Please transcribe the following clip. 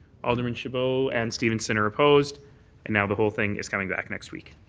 alderman chabot and stevenson are opposed and now the whole thing is coming back next week.